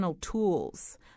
tools